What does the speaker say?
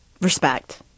respect